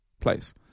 place